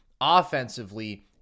offensively